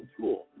tool